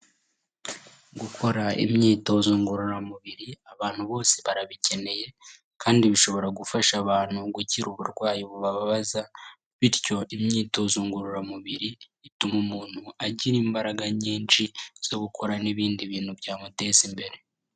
Gukora imyitozo ngororamubiri abantu bose barabikeneye kandi bishobora gufasha abantu gukira uburwayi bubabaza, bityo imyitozo ngororamubiri ituma umuntu agira imbaraga nyinshi zo gukora n'ibindi bintu byamuteza imbere.